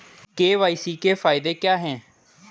KYC के फायदे क्या है?